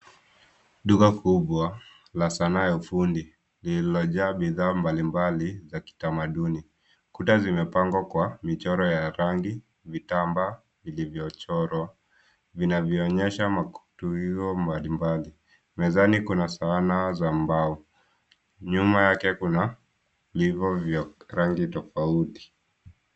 Duka kubwa la sanaa ya ufundi lililojaa bidhaa mbalimbali za kitamaduni. Kuta zimepangwa kwa michoro ya rangi, vitambaa vilivyochorwa vinavyoonyesha maktuwio mbalimbali. Mezani kuna sanaa za mbao. Nyuma yake kuna livo vya rangi tofauti.